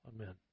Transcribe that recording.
Amen